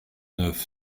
neuf